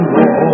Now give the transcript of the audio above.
Lord